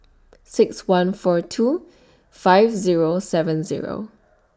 six one four two five Zero seven Zero